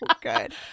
good